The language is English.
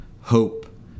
hope